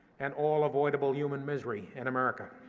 and all avoidable human misery in america.